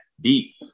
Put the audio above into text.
deep